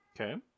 Okay